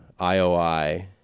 IOI